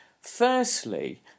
Firstly